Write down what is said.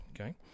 Okay